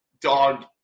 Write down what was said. dog